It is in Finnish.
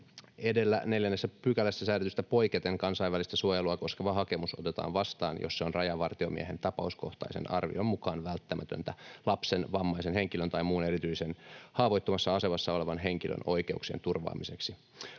”Edellä 4 §:ssä säädetystä poiketen kansainvälistä suojelua koskeva hakemus otetaan vastaan, jos se on rajavartiomiehen tapauskohtaisen arvion mukaan välttämätöntä lapsen, vammaisen henkilön tai muun erityisen haavoittuvassa asemassa olevan henkilön oikeuksien turvaamiseksi.